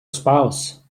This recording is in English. spouse